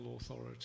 authority